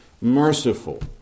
merciful